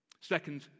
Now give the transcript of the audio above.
Second